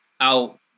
out